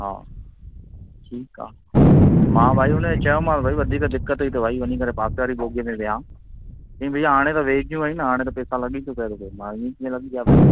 हा ठीकु आहे मां भई हुनखे चयोमांसि भई वधीक दिक़त अथेई त वञी करे पासे वारी बोगीअ में विया चई भैया हाणे त वेहिजी वियो आहीं न हाणे त पैसा लॻी चुकिया तोखे मां इएं कीअं लॻी विया भाई